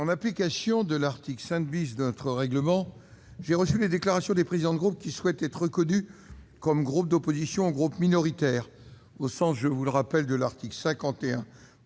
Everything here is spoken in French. En application de l'article 5 de notre règlement, j'ai reçu les déclarations des présidents des groupes qui souhaitent être reconnus comme groupes d'opposition ou groupes minoritaires au sens de l'article 51-1